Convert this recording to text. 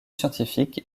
scientifique